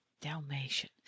Dalmatian